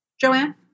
Joanne